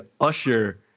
Usher